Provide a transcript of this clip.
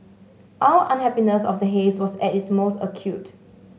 our unhappiness of the haze was at its most acute